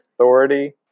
authority